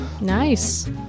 Nice